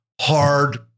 hard